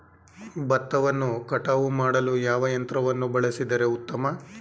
ಭತ್ತವನ್ನು ಕಟಾವು ಮಾಡಲು ಯಾವ ಯಂತ್ರವನ್ನು ಬಳಸಿದರೆ ಉತ್ತಮ?